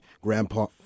grandpa